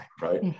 right